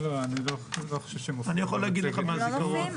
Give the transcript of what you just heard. אני יכול להגיד לך מהזכרון.